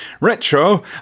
Retro